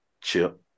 Chip